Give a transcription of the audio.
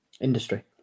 industry